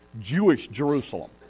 Jewish-Jerusalem